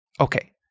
Okay